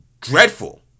dreadful